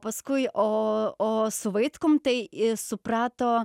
paskui o o su vaitkum tai suprato